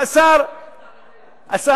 יותר חרדים מהחרדים.